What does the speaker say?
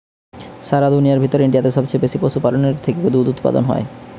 সারা দুনিয়ার ভেতর ইন্ডিয়াতে সবচে বেশি পশুপালনের থেকে দুধ উপাদান হয়